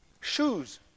Shoes